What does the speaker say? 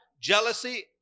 Jealousy